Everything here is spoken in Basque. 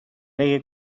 lege